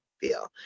feel